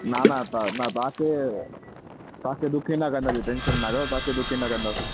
न न न तव्हांखे तव्हांखे दुखी न कंदासीं टेंशन न कयो तव्हांखे दुखी न कंदासीं